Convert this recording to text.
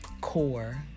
core